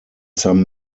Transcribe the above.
some